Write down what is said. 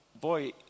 boy